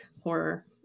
horror